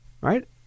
Right